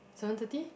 seven thirty